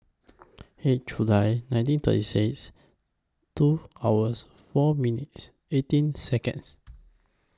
eight July nineteen thirty six two hours four minutes eighteen Seconds